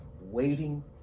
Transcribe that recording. waiting